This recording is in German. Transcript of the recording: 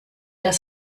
das